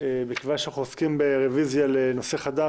שמכיוון שאנחנו עוסקים ברביזיה לנושא חדש,